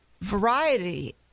variety